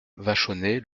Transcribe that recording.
vachonnet